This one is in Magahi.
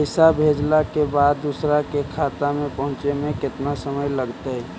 पैसा भेजला के बाद दुसर के खाता में पहुँचे में केतना समय लगतइ?